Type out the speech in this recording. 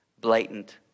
blatant